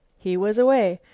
he was away.